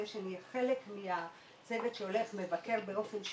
בסיום הדיון לרגל התחלת תפקידך אתה תקבל משימה,